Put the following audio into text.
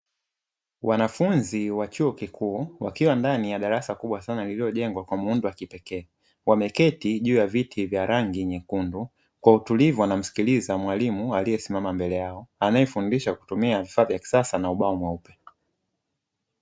Wanafunzi wa chuo kikuu, wakiwa ndani ya darasa kubwasana lilijengwa kwa muundo wa kipekee, wameketi juu ya viti vya rangi nyekundu, kwa utulivu wanaimsikiliza mwalimu aliyesimama mbele yao, anayefundisha kwa ubao wa kisasa na ubao mweupe